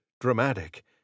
dramatic